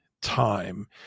time